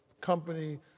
company